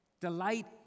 Delight